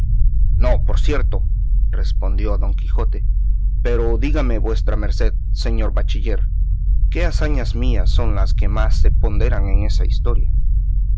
no por cierto respondió don quijote pero dígame vuestra merced señor bachiller qué hazañas mías son las que más se ponderan en esa historia